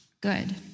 good